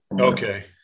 Okay